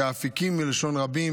"כאפיקים" מלשון רבים.